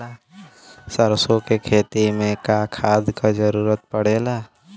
सरसो के खेती में का खाद क जरूरत पड़ेला?